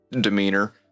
demeanor